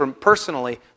personally